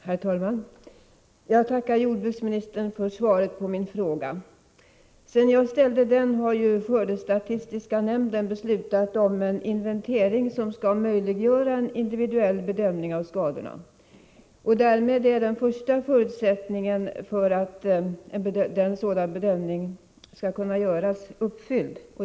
Herr talman! Jag tackar jordbruksministern för svaret på min fråga. Sedan jag ställde den har ju skördestatistiska nämnden beslutat om en inventering som skall möjliggöra en individuell bedömning av skadorna. Därmed är den första förutsättningen för att en sådan bedömning skall kunna göras uppfylld.